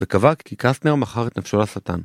בקוואק כי קסנר מכר את נפשו לשטן.